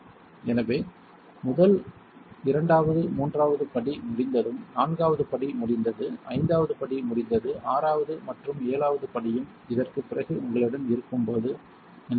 எனவே முதல் இரண்டாவது மூன்றாவது படி முடிந்தது நான்காவது படி முடிந்தது ஐந்தாவது படி முடிந்தது ஆறாவது மற்றும் ஏழாவது படியும் இதற்குப் பிறகு உங்களிடம் இருக்கும்போது என்று சொன்னேன்